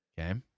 Okay